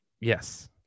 yes